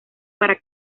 para